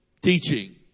teaching